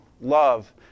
love